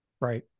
Right